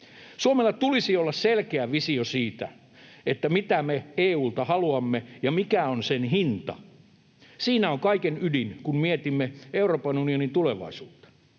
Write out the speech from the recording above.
Suomella tulisi olla selkeä visio siitä, mitä me EU:lta haluamme ja mikä on sen hinta. Siinä on kaiken ydin, kun mietimme Euroopan unionin tulevaisuutta.